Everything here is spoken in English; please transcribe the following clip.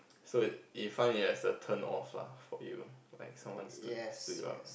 so it you find it as a turn off lah for you like someone stood you up